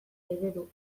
eredu